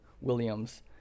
Williams